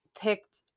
picked